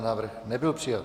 Návrh nebyl přijat.